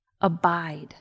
Abide